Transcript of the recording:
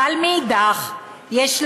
אבל מאידך גיסא,